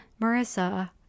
marissa